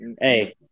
Hey